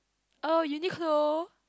oh Uniqlo